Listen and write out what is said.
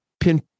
pin